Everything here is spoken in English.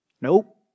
Nope